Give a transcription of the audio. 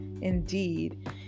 indeed